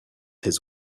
his